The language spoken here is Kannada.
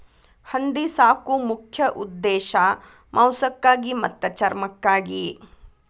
ಹಂದಿ ಸಾಕು ಮುಖ್ಯ ಉದ್ದೇಶಾ ಮಾಂಸಕ್ಕಾಗಿ ಮತ್ತ ಚರ್ಮಕ್ಕಾಗಿ